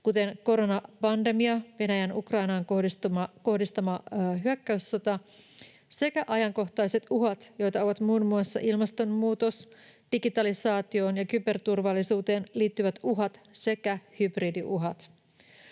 kuten koronapandemia, Venäjän Ukrainaan kohdistama hyökkäyssota sekä ajankohtaiset uhat, joita ovat muun muassa ilmastonmuutos, digitalisaatioon ja kyberturvallisuuteen liittyvät uhat sekä hybridiuhat.